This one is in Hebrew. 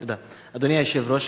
תודה, אדוני היושב-ראש.